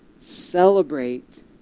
celebrate